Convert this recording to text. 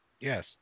Yes